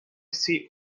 seat